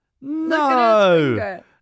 No